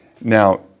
Now